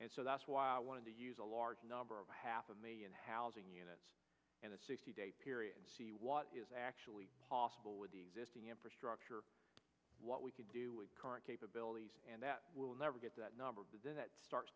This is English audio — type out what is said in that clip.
and so that's why i wanted to use a large number of half a million housing units in the sixty day period and see what is actually possible with the existing infrastructure what we can do with current capabilities and that we'll never get that number of the day that starts